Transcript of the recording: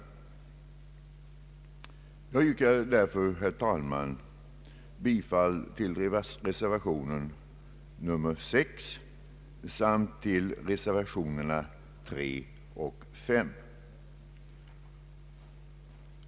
Jag yrkar således, herr talman, bifall till reservationen VI samt till reservationerna III och V.